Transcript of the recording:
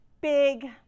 big